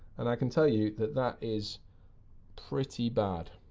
and i can tell you that that is pretty bad.